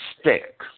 stick